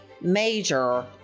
major